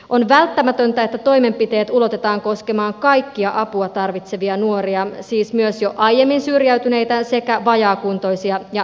on välttämätöntä että toimenpiteet ulotetaan koskemaan kaikkia apua tarvitsevia nuoria siis myös jo aiemmin syrjäytyneitä sekä vajaakuntoisia ja vammaisia